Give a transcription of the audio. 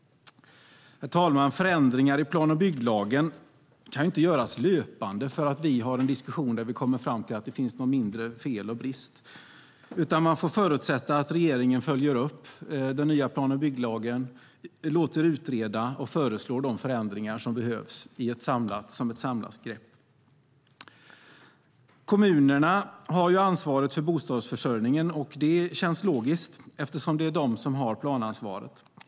Herr talman! Ändringar i plan och bygglagen kan inte göras löpande för att vi har en diskussion där vi kommer fram till att där finns något mindre fel eller en brist. I stället får vi förutsätta att regeringen följer upp den nya plan och bygglagen, låter utreda och föreslår de förändringar som behöver göras i ett samlat grepp. Kommunerna har ansvaret för bostadsförsörjningen, och det känns logiskt eftersom de har planansvaret.